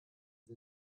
sie